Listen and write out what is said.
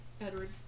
Edward